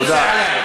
אסור היה לתת לדבר.